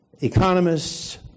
economists